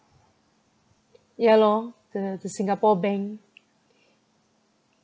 ya lor the the the singapore bank